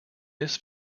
this